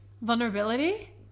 vulnerability